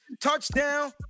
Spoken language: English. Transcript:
touchdown